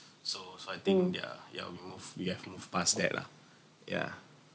so so I think yeah yeah we moved we have moved past that lah yeah